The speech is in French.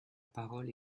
parole